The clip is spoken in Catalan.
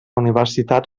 universitat